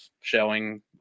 showing